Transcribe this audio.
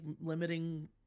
limiting